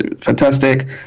fantastic